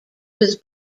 was